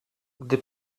gdy